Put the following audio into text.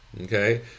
Okay